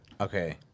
Okay